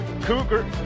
cougar